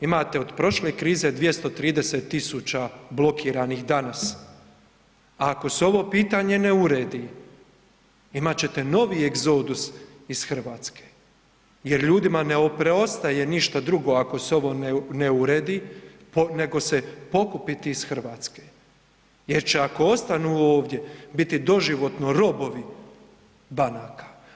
Imate od prošle krize 230 000 blokiranih danas, ako se ovo pitanje ne uredi, imat ćete novi egzodus iz Hrvatske jer ljudima ne preostaje ništa drugo ako se ovo se ovo ne uredi nego se pokupiti iz Hrvatske jer će ako ostanu ovdje biti doživotno robovi banaka.